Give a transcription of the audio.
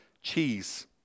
cheese